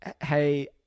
hey